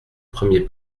premier